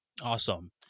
Awesome